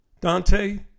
Dante